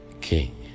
King